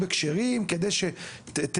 מקרה כואב שלי כפי שציינתי,